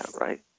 right